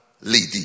lady